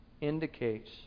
indicates